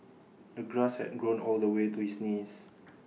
the grass had grown all the way to his knees